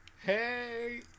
Hey